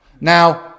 Now